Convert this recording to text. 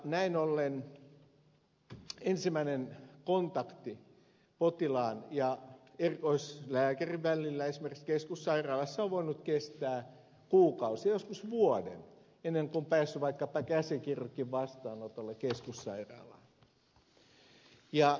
näin ollen ensimmäiseen kontaktiin potilaan ja erikoislääkärin välillä esimerkiksi keskussairaalassa on voinut mennä kuukausia joskus vuoden ennen kuin on päässyt vaikkapa käsikirurgin vastaanotolle keskussairaalaan